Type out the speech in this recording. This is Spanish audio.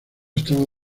estaba